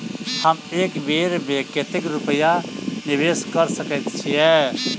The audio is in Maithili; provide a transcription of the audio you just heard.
हम एक बेर मे कतेक रूपया निवेश कऽ सकैत छीयै?